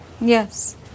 Yes